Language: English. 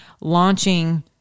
launching